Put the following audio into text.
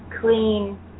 clean